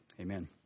Amen